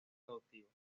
cautivos